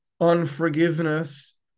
unforgiveness